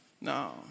no